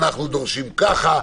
אנחנו דורשים כך,